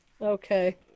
Okay